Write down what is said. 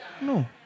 No